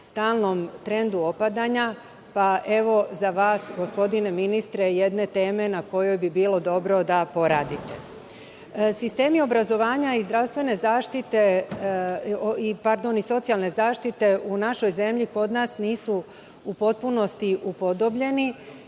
stalnom trendu opadanja. Pa, evo, za vas, gospodine ministre, jedne teme na kojoj bi bilo dobro da poradite. Sistemi obrazovanja i socijalne zaštite u našoj zemlji nisu u potpunosti upodobljeni